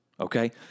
okay